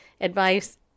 advice